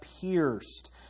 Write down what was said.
pierced